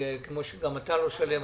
כמו שגם אתה לא שלם.